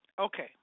Okay